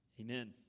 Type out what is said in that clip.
amen